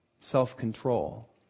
self-control